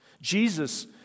Jesus